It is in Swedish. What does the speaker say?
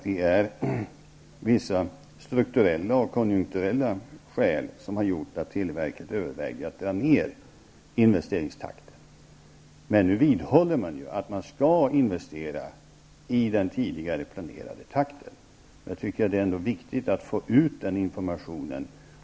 Det är vissa strukturella och konjunkturella skäl som har gjort att televerket överväger att dra ned på investeringstakten. Nu vidhåller man att man skall investera i tidigare planerad takt. Jag tycker ändå det är viktigt att få ut den informationen.